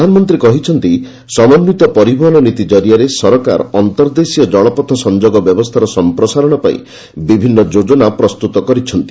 ପ୍ରଧାନମନ୍ତ୍ରୀ କହିଛନ୍ତି ସମନ୍ୱିତ ପରିବହନ ନୀତି ଜରିଆରେ ସରକାର ଅର୍ନ୍ତଦେଶୀୟ କଳପଥ ସଂଯୋଗ ବ୍ୟବସ୍ଥାର ସମ୍ପ୍ରସାରଣ ପାଇଁ ବିଭିନ୍ନ ଯୋଜନା ପ୍ରସ୍ତୁତ କରିଛନ୍ତି